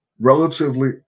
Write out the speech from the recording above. relatively